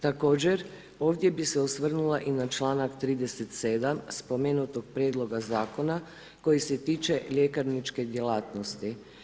Također, ovdje bih se osvrnula i na čl. 37. spomenutog Prijedloga Zakona koji se tiče ljekarničke djelatnosti.